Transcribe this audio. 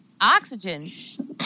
oxygen